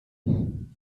him